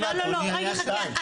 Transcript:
אדוני היה שם?